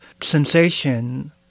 sensation